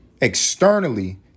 externally